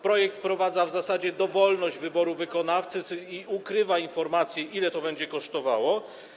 Projekt wprowadza w zasadzie dowolność wyboru wykonawcy i pozwala ukrywać informacje, ile to będzie kosztowało.